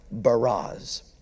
Baraz